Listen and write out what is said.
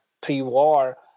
Pre-war